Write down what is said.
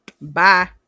Bye